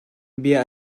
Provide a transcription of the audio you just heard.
bia